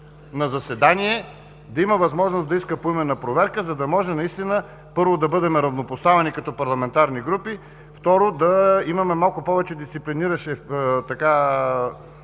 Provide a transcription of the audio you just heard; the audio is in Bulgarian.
на заседание да има възможност да иска поименна проверка, за да можем наистина, първо, да бъдем равнопоставени като парламентарни групи, второ, да имаме малко повече дисциплиниращо